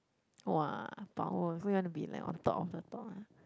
!wah! power so you want to be like on top of the top ah